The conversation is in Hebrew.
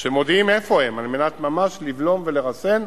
שמודיעים איפה הן על מנת ממש לבלום ולרסן,